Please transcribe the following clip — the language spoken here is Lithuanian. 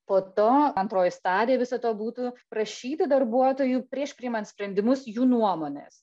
po to antroji stadija viso to būtų prašyti darbuotojų prieš priimant sprendimus jų nuomonės